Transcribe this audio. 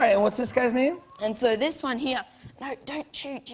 and what's this guy's name? and, so, this one here no, don't chew jimmy.